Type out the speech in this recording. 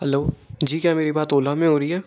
hello जी क्या मेरी बात ओला में हो रही है